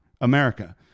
America